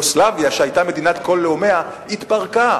יוגוסלביה, שהיתה מדינת כל לאומיה, התפרקה